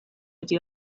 ydy